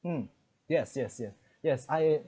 mm yes yes yes yes I